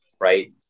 right